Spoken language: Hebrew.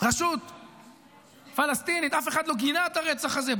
רשות פלסטינית, אף אחד לא גינה את הרצח הזה.